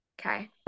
Okay